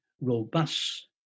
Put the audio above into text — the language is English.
robust